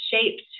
shaped